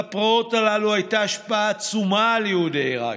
לפרעות הללו הייתה השפעה עצומה על יהודי עיראק,